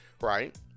right